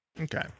okay